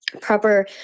proper